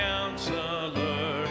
Counselor